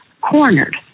cornered